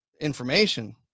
information